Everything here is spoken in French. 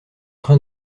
train